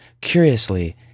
Curiously